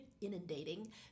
inundating